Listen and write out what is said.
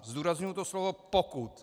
Zdůrazňuji to slovo pokud.